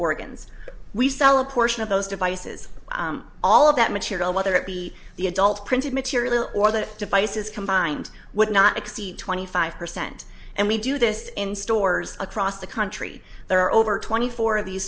organs we sell a portion of those devices all of that material whether it be the adult printed material or the devices combined would not exceed twenty five percent and we do this in stores across the country there are over twenty four of these